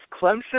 Clemson